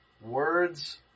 words